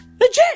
Legit